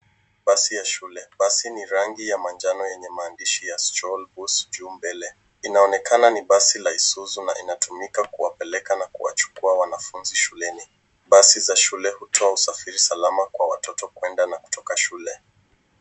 Basi ya shule. Basi ni rangi ya manjano yenye maandishi ya school bus mbele. Inaonekana ni basi la Isuzu na inatumika kuwapeleka na kuwachukua wanafunzi shuleni. Basi za shule hutoa usafiri salama watoto kwenda na kutoka shule.